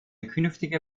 künftige